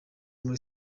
muri